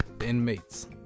Inmates